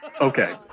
Okay